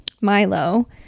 milo